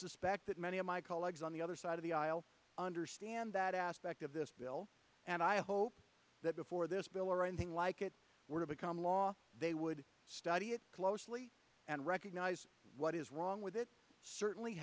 suspect that many of my colleagues on the other side of the aisle understand that aspect of this bill and i hope that before this bill or anything like it were to become law they would study it closely and recognize what is wrong with it certainly